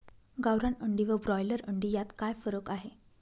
गावरान अंडी व ब्रॉयलर अंडी यात काय फरक आहे?